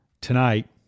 Tonight